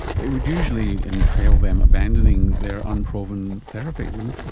it would usually entail them abandoning their unproven therapy wouldn't it?